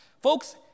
Folks